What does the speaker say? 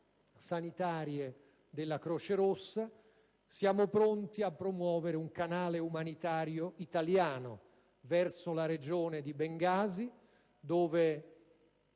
sanitarie, quindi la Croce Rossa. Siamo pronti a promuovere un canale umanitario italiano verso la regione di Bengasi, dove